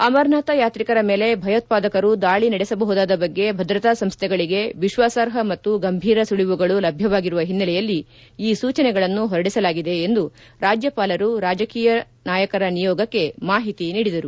ಅಮರನಾಥ ಯಾತ್ರಿಕರ ಮೇಲೆ ಭಯೋತ್ವಾದಕರು ದಾಳ ನಡೆಸಬಹುದಾದ ಬಗ್ಗೆ ಭದ್ರತಾ ಸಂಸ್ಥೆಗಳಿಗೆ ವಿಶ್ವಾಗಾರ್ಹ ಮತ್ತು ಗಂಭೀರ ಸುಳವುಗಳು ಲಭ್ಯವಾಗಿರುವ ಹಿನ್ನೆಲೆಯಲ್ಲಿ ಈ ಸೂಚನೆಗಳನ್ನು ಹೊರಡಿಸಲಾಗಿದೆ ಎಂದು ರಾಜ್ಯಪಾಲರು ರಾಜಕೀಯ ನಾಯಕರ ನಿಯೋಗಕ್ಕೆ ಮಾಹಿತಿ ನೀಡಿದರು